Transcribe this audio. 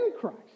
Christ